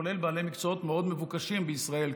כולל בעלי מקצועות מאוד מבוקשים בישראל,